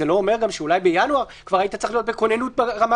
זה לא אומר שאולי בינואר כבר היית צריך להיות בכוננות ברמה